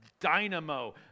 dynamo